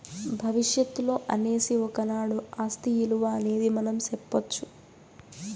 భవిష్యత్తులో అనేసి ఒకనాడు ఆస్తి ఇలువ అనేది మనం సెప్పొచ్చు